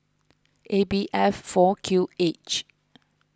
A B F four Q H